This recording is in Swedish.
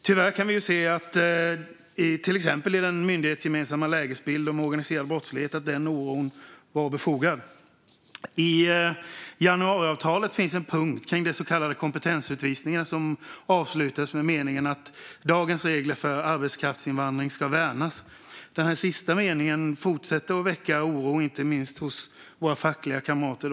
Tyvärr kan vi i till exempel den myndighetsgemensamma lägesbilden om organiserad brottslighet se att den oron var befogad. I januariavtalet finns en punkt om så kallade kompetensutvisningar som avslutas med en mening om att dagens regler för arbetskraftsinvandring ska värnas. Den sista meningen fortsätter att väcka oro, inte minst hos våra fackliga kamrater.